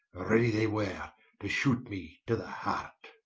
ready they were to shoot me to the heart.